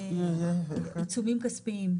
לפרסום לעיצומים כספיים.